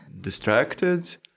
distracted